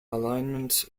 alignment